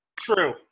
true